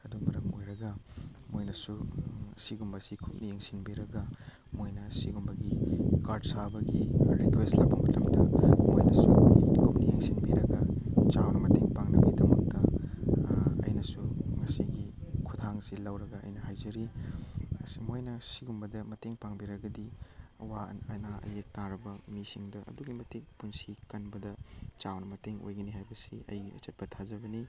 ꯑꯗꯨ ꯃꯔꯝ ꯑꯣꯏꯔꯒ ꯃꯣꯏꯅꯁꯨ ꯁꯤꯒꯨꯝꯕꯁꯤ ꯀꯨꯞꯅ ꯌꯦꯡꯁꯤꯟꯕꯤꯔꯒ ꯃꯣꯏꯅ ꯁꯤꯒꯨꯝꯕꯒꯤ ꯀꯥꯔꯠ ꯁꯥꯕꯒꯤ ꯔꯤꯀ꯭ꯋꯦꯁ ꯂꯥꯛꯄ ꯃꯇꯝꯗ ꯃꯣꯏꯅꯁꯨ ꯀꯨꯞꯅ ꯌꯦꯡꯁꯤꯟꯕꯤꯔꯒ ꯆꯥꯎꯅ ꯃꯇꯦꯡ ꯄꯥꯡꯅꯕꯒꯤꯗꯃꯛꯇ ꯑꯩꯅꯁꯨ ꯃꯁꯤꯒꯤ ꯈꯨꯠꯊꯥꯡꯁꯤ ꯂꯧꯔꯒ ꯑꯩꯅ ꯍꯥꯏꯖꯔꯤ ꯃꯣꯏꯅ ꯁꯤꯒꯨꯝꯕꯗ ꯃꯇꯦꯡ ꯄꯥꯡꯕꯤꯔꯒꯗꯤ ꯑꯋꯥ ꯑꯅꯥ ꯑꯌꯦꯛ ꯇꯥꯔꯕ ꯃꯤꯁꯤꯡꯗ ꯑꯗꯨꯛꯀꯤ ꯃꯇꯤꯛ ꯄꯨꯟꯁꯤ ꯀꯟꯕꯗ ꯆꯥꯎꯅ ꯃꯇꯦꯡ ꯑꯣꯏꯒꯅꯤ ꯍꯥꯏꯕꯁꯤ ꯑꯩꯒꯤ ꯑꯆꯦꯠꯄ ꯊꯥꯖꯕꯅꯤ